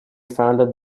founded